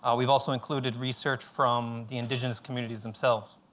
ah we've also included research from the indigenous communities themselves.